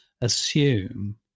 assume